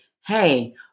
hey